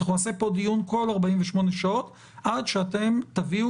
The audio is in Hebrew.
אנחנו נעשה פה דיון כל 48 שעות עד שאתם תביאו,